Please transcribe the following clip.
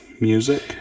music